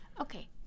Okay